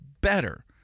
better